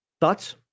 Thoughts